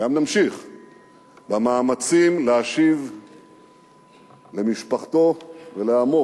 וגם נמשיך במאמצים להשיב למשפחתו ולעמו